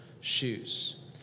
shoes